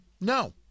No